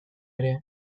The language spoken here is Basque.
ere